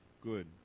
good